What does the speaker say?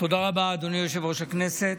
תודה רבה, אדוני יושב-ראש הכנסת.